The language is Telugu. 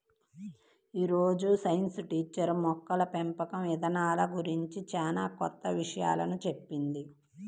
యీ రోజు సైన్స్ టీచర్ మొక్కల పెంపకం ఇదానాల గురించి చానా కొత్త విషయాలు చెప్పింది